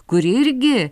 kur irgi